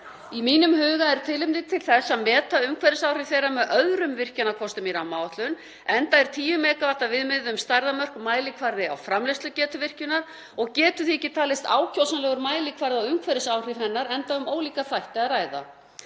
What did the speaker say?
Í mínum huga er tilefni til þess að meta umhverfisáhrif þeirra með öðrum virkjunarkostum í rammaáætlun, enda er 10 MW viðmið um stærðarmörk mælikvarði á framleiðslugetu virkjunar og getur því ekki talist ákjósanlegur mælikvarði á umhverfisáhrif hennar, enda um ólíka þætti að ræða.